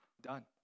done